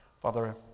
Father